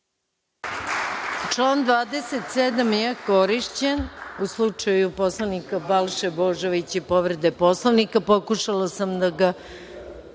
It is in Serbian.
Član 27. je korišćen u slučaju poslanika Balše Božovića i povrede Poslovnika. Pokušala sam da ga